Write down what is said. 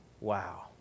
Wow